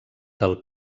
del